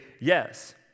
yes